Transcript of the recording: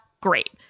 great